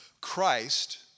Christ